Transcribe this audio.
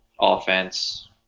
offense